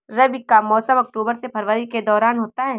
रबी का मौसम अक्टूबर से फरवरी के दौरान होता है